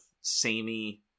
samey